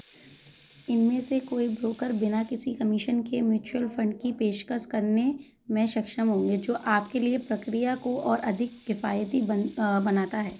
इनमें से कोई ब्रोकर बिना किसी कमीशन के म्यूचुअल फंड की पेशकश करने में सक्षम होंगे जो आपके लिए प्रक्रिया को और अधिक किफ़ायती बन बनाता है